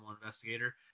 investigator